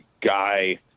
guy